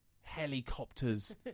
helicopters